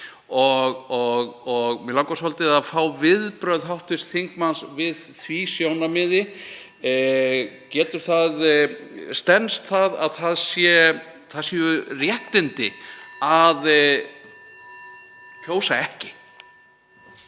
og mig langar svolítið að fá viðbrögð hv. þingmanns við því sjónarmiði. Stenst það að það séu réttindi að kjósa ekki?